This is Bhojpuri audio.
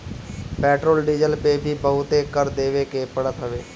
पेट्रोल डीजल पअ भी बहुते कर देवे के पड़त हवे